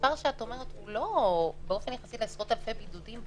המספר שאת אומרת הוא לא גבוה באופן יחסי לעשרות אלפי בידודים.